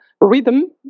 rhythm